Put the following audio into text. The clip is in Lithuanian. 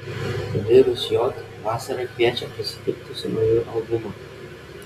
virus j vasarą kviečia pasitikti su nauju albumu